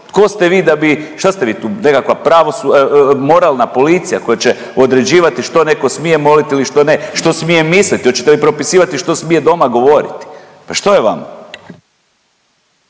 Šta ste vi tu nekakva pravo… moralna policija koja će određivat što neko smije moliti ili što ne? Što smije misliti? Hoćete li propisivati što smije doma govoriti? Pa što je vama?